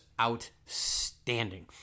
outstanding